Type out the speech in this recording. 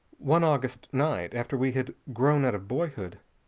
one august night, after we had grown out of boyhood,